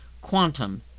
Quantum